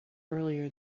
earlier